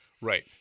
Right